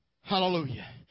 Hallelujah